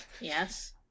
Yes